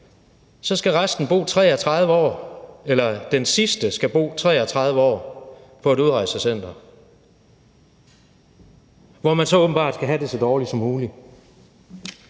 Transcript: så skal den sidste bo 33 år på et udrejsecenter, hvor man så åbenbart skal have det så dårligt som muligt.